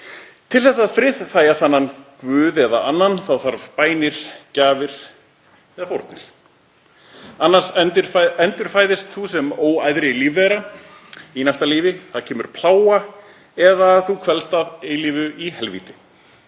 Til að friðþægja þennan guð eða annan þá þarf bænir, gjafir eða fórnir, annars endurfæðist þú sem óæðri lífvera í næsta lífi, það kemur plága eða þú kvelst að eilífu í helvíti.